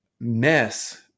mess